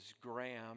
Graham